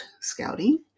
scouting